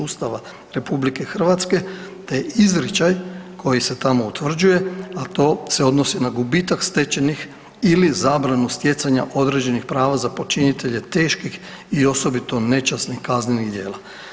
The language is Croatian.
Ustava RH, te izričaj koji se tamo utvrđuje, a to se odnosi na gubitak stečenih ili zabranu stjecanja određenih prava za počinitelje teških i osobito nečasnih kaznenih djela.